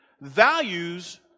Values